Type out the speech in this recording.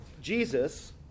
Jesus